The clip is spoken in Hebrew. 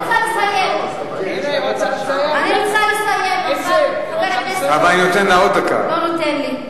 אני רוצה לסיים, אבל חבר הכנסת לא נותן לי.